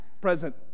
present